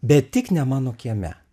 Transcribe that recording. be tik ne mano kieme